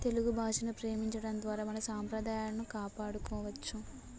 తెలుగు భాషను ప్రేమించడం ద్వారా మన సాంప్రదాయాలను కాపాడుకోవచ్చు